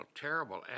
terrible